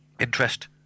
Interest